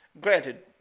Granted